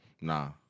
Nah